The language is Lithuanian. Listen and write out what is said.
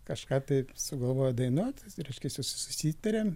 kažką taip sugalvojo dainuot reiškiasi su susitarėm